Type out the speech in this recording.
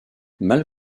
mal